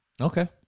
Okay